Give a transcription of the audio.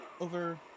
Over